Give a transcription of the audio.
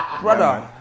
Brother